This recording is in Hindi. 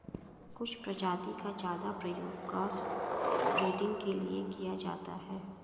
कुछ प्रजाति का ज्यादा प्रयोग क्रॉस ब्रीडिंग के लिए किया जाता है